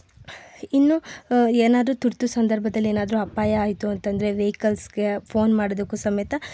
ಇನ್ನು ಏನಾದರೂ ತುರ್ತು ಸಂದರ್ಭದಲ್ಲಿ ಏನಾದರೂ ಅಪಾಯ ಆಯಿತು ಅಂತಂದ್ರೆ ವೇಕಲ್ಸ್ಗೆ ಫೋನ್ ಮಾಡೋದಕ್ಕು ಸಮೇತ